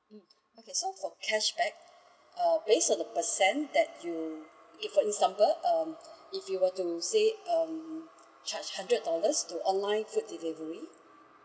mm okay so for cashback uh based on the percent that you give an example uh if you were to say um charge hundred dollars to online food delivery